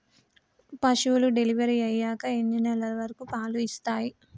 పశువులు డెలివరీ అయ్యాక ఎన్ని నెలల వరకు పాలు ఇస్తాయి?